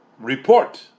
report